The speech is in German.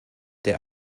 der